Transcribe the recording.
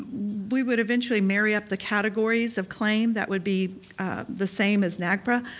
we would eventually marry up the categories of claim that would be the same as nagpra,